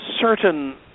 certain